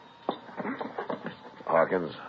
Hawkins